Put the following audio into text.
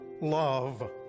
love